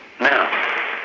Now